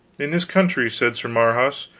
in this country, said sir marhaus,